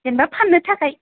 जेन'बा फाननो थाखाय